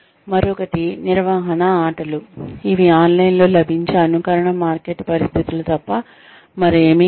మరొకటి నిర్వహణ ఆటలు ఇవి ఆన్లైన్లో లభించే అనుకరణ మార్కెట్ పరిస్థితులు తప్ప మరేమీ కాదు